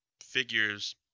figures